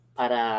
para